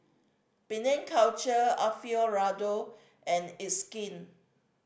Penang Culture Alfio Raldo and It's Skin